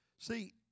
See